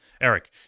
Eric